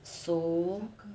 so